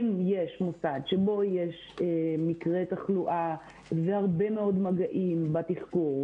אם יש מוסד שבו יש מקרי תחלואה והרבה מאוד מגעים בתחקור,